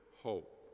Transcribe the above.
hope